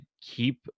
keep